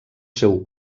seu